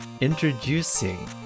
introducing